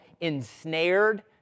ensnared